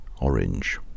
Orange